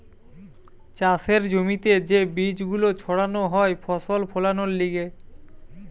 চাষের জমিতে যে বীজ গুলো ছাড়ানো হয় ফসল ফোলানোর লিগে